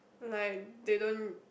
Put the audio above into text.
like they don't